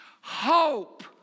hope